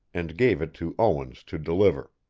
and gave it to owens to deliver.